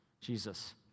Jesus